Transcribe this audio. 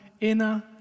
inner